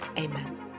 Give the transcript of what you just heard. amen